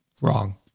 wrong